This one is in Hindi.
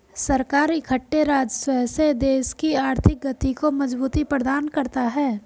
सरकार इकट्ठे राजस्व से देश की आर्थिक गति को मजबूती प्रदान करता है